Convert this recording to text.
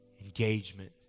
engagement